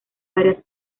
varias